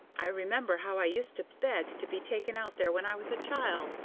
i remember how i used to beg to be taken out there when i was a child,